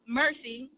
mercy